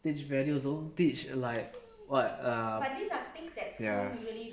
teach values don't teach like [what] uh ya